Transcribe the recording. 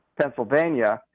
Pennsylvania